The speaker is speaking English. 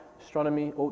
astronomy